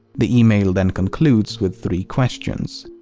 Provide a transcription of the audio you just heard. the email then concludes with three questions.